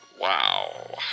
Wow